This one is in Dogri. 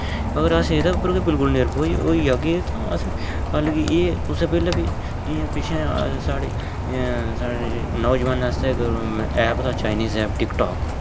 अगर अस एह्दे उप्पर गै बिल्कुल निर्भर होई होई जागे तां अस कल्ल गी एह् कुसै बैले बी जियां पिच्छे साढ़े एह् साढ़े नोजवाने आस्तै इक ऐप दा चाइनीज ऐप टिकटाक